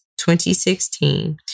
2016